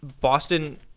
Boston